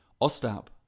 Ostap